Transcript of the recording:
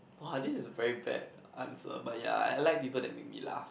!wah! this is a very bad answer but ya I like people that make me laugh